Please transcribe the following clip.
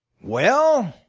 well,